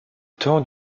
temps